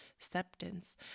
acceptance